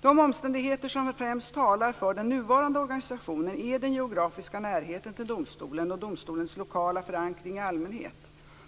De omständigheter som främst talar för den nuvarande organisationen är den geografiska närheten till domstolen och domstolens lokala förankring i allmänhet.